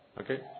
Okay